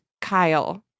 Kyle